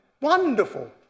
Wonderful